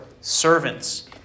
servants